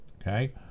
Okay